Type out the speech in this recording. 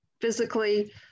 physically